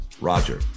Roger